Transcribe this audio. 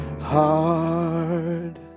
hard